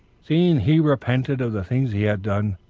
seeing he repented of the things he had done,